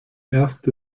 erst